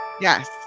Yes